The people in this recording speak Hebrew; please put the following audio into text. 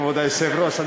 כבוד היושב-ראש?